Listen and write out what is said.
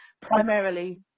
primarily